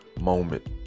moment